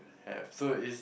have so is